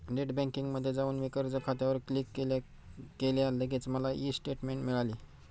net बँकिंगमध्ये जाऊन मी कर्ज खात्यावर क्लिक केल्या केल्या लगेच मला ई स्टेटमेंट मिळाली